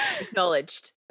acknowledged